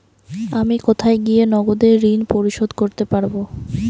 আমি কোথায় গিয়ে নগদে ঋন পরিশোধ করতে পারবো?